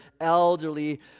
elderly